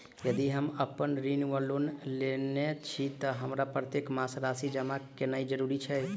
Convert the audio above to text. यदि हम ऋण वा लोन लेने छी तऽ हमरा प्रत्येक मास राशि जमा केनैय जरूरी छै?